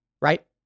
right